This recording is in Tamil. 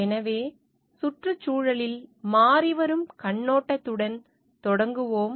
எனவே சுற்றுச்சூழலில் மாறிவரும் கண்ணோட்டத்துடன் தொடங்குவோம்